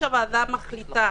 מחליטה